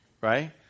Right